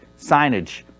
signage